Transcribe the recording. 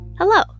Hello